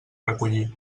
recollir